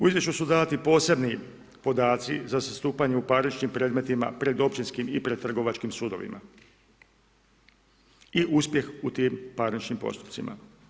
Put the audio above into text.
U izvješću su dati posebni podaci za zastupanje u parničnim predmetima pred općinskim i trgovačkim sudovima i uspjeh u tim parničnim postupcima.